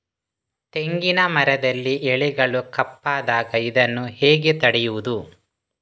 ತೆಂಗಿನ ಮರದಲ್ಲಿ ಎಲೆಗಳು ಕಪ್ಪಾದಾಗ ಇದನ್ನು ಹೇಗೆ ತಡೆಯುವುದು?